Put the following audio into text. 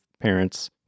parents